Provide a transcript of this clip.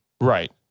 Right